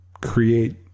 create